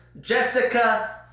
Jessica